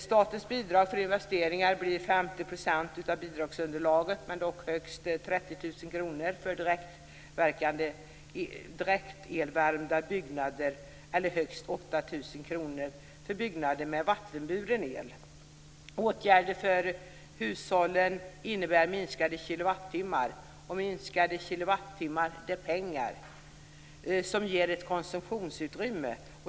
Statens bidrag för investeringar blir 50 % av bidragsunderlaget, dock högst 30 000 kr för direktelvärmda byggnader och högst 8 000 kr för byggnader med vattenburen el. Åtgärder för hushållen innebär minskat antal kilowattimmar. Minskat antal kilowattimmar är pengar som ger ett konsumtionsutrymme.